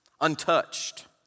untouched